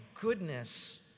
goodness